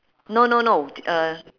no no no uh